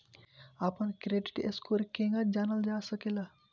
अपना credit score केगा जानल जा सकेला?